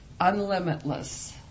unlimitless